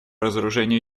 разоружению